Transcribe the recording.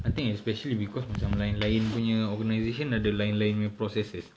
I think especially because macam lain-lain punya organisation ada lain-lain punya processes